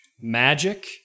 Magic